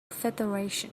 federation